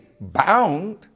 bound